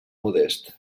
modest